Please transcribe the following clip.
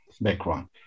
background